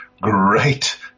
great